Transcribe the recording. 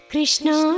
Krishna